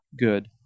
good